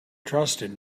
trusted